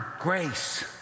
grace